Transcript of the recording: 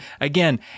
again